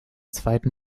zweiten